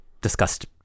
discussed